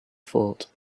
thought